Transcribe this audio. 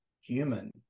human